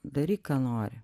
daryk ką nori